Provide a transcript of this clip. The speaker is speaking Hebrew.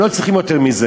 הם לא צריכים יותר מזה,